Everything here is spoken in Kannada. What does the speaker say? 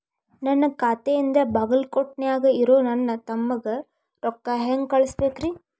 ನನ್ನ ಖಾತೆಯಿಂದ ಬಾಗಲ್ಕೋಟ್ ನ್ಯಾಗ್ ಇರೋ ನನ್ನ ತಮ್ಮಗ ರೊಕ್ಕ ಹೆಂಗ್ ಕಳಸಬೇಕ್ರಿ?